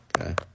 Okay